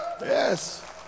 Yes